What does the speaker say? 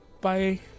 Bye